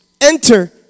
Enter